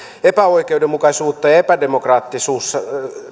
epäoikeudenmukaisuutta ja epädemokraattisuutta